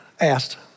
asked